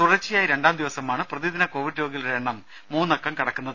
തുടർച്ചയായി രണ്ടാം ദിവസമാണ് പ്രതിദിന കോവിഡ് രോഗികളുടെ എണ്ണം മൂന്നക്കം കടക്കുന്നത്